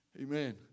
Amen